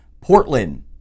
Portland